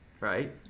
Right